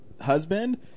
husband